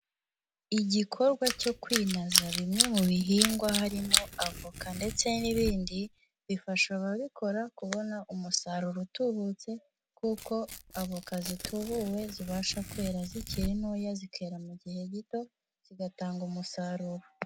Igikorwa cyo kwinaza bimwe mu bihingwa harimo avoka ndetse n'ibindi, bifasha ababikora kubona umusaruro utubutse, kuko avoka zitubuwe zibasha kwera zikiri ntoya zikera mu gihe gito, zigatanga umusaruro.